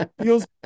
feels